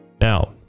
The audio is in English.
Now